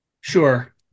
Sure